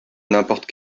n’importe